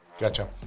Gotcha